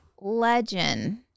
legend